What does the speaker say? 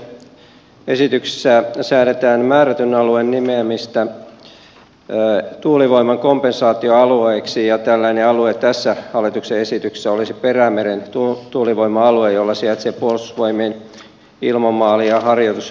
hallituksen esityksessä säädetään määrätyn alueen nimeämisestä tuulivoiman kompensaatioalueeksi ja tällainen alue tässä hallituksen esityksessä olisi perämeren tuulivoima alue jolla sijaitsee puolustusvoimien ilmamaali ja harjoituslentoalue